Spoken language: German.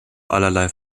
allerlei